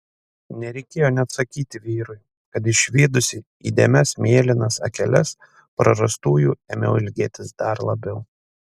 nereikėjo net sakyti vyrui kad išvydusi įdėmias mėlynas akeles prarastųjų ėmiau ilgėtis dar labiau